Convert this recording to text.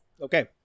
Okay